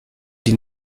die